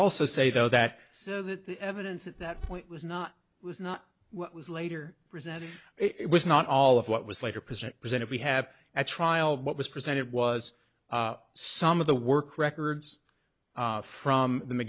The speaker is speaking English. also say though that so that the evidence at that point was not was not what was later resent it was not all of what was later president presented we have at trial what was presented was some of the work records from the